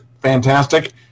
fantastic